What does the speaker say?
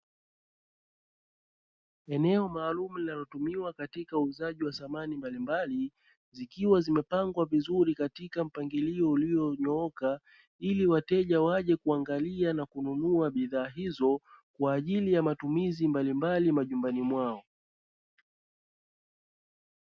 Eneo maalumu linalotumiwa katika uuzaji wa samani mbalimbali zikiwa zimepangwa vizuri katika mpangilio ulionyooka, ili wateja waje kuangalia na kununua bidhaa hizo, kwa ajili ya matumizi mbalimbali majumbani mwao.